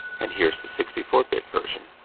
and here's the sixty four bit version.